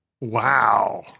Wow